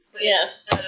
Yes